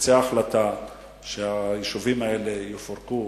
שתצא החלטה שהיישובים האלה יפורקו